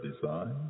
design